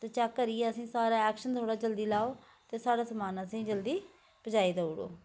ते चैक करियै असें सारा ऐक्शन थोह्ड़ा जल्दी लैओ ते साढ़ा समान असेंई जल्दी पजाई देउड़ो